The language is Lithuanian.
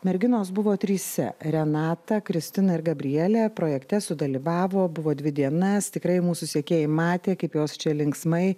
merginos buvo trise renata kristina ir gabrielė projekte sudalyvavo buvo dvi dienas tikrai mūsų sekėjai matė kaip jos čia linksmai